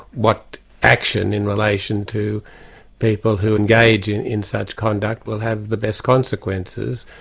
what action in relation to people who engage in in such conduct will have the best consequences,